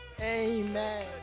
Amen